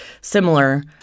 similar